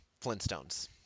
Flintstones